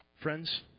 Friends